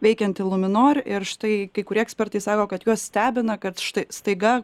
veikiantį luminor ir štai kai kurie ekspertai sako kad juos stebina kad štai staiga